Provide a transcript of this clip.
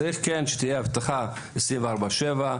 צריכה להיות אבטחה 24/7,